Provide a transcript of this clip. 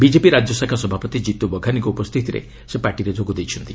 BJP ରାଜ୍ୟ ଶାଖା ସଭାପତି ଜିତୁ ବଘାନୀଙ୍କ ଉପସ୍ଥିତିରେ ସେ ପାର୍ଟିରେ ଯୋଗ ଦେଇଛନ୍ତି